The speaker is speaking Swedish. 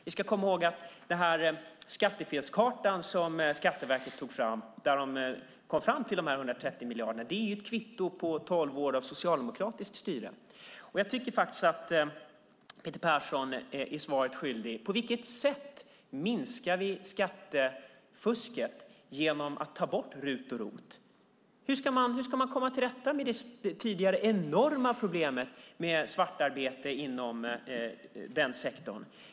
Vi ska komma ihåg att skattefelskartan som Skatteverket tog fram, där de kom fram till dessa 130 miljarder, är ett kvitto på tolv år av socialdemokratiskt styre. Jag tycker faktiskt att Peter Persson är svaret skyldig. På vilket sätt minskar vi skattefusket genom att ta bort RUT och ROT? Hur ska man komma till rätta med det tidigare enorma problemet med svartarbete inom den sektorn?